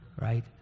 right